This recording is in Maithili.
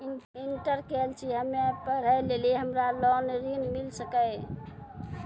इंटर केल छी हम्मे और पढ़े लेली हमरा ऋण मिल सकाई?